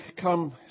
come